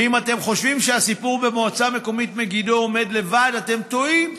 ואם אתם חושבים שהסיפור במועצה מקומית מגידו עומד לבד אתם טועים.